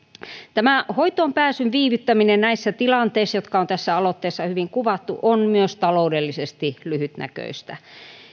tämä hoitoonpääsyn viivyttäminen näissä tilanteissa jotka on tässä aloitteessa hyvin kuvattu on myös taloudellisesti lyhytnäköistä